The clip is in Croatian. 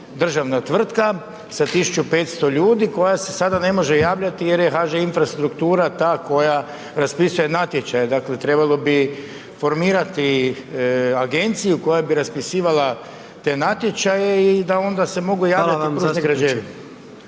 državna tvrtka sa 1500 ljudi koja se sada ne može javljati jer je HŽ Infrastruktura ta koja raspisuje natječaj. Dakle, trebalo bi formirati agenciju koja bi raspisivala te natječaje i da se onda se mogu javljati Pružne građevine.